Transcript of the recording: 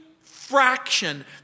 fraction